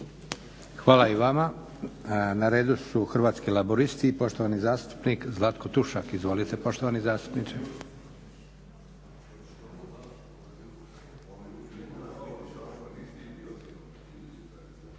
Hvala i vama. Na redu su Hrvatski laburisti i poštovani zastupnik Zlatko Tušak. Izvolite poštovani zastupniče.